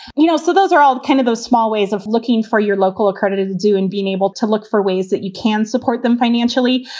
you know so those are all kind of those small ways of looking for your local accredited to do and being able to look for ways that you can support them financially.